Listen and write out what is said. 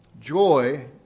Joy